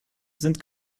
sind